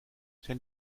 zijn